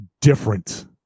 different